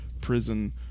prison